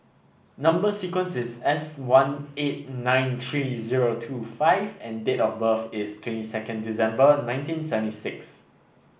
number sequence is S one eight nine three zero two five and date of birth is twenty second December nineteen seventy six